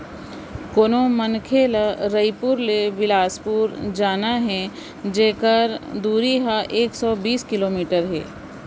कोनो मनखे ल रइपुर ले बेलासपुर जाना हे जेकर दूरी ह एक सौ बीस किलोमीटर हे